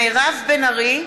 מירב בן ארי,